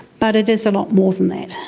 but it is a lot more than that.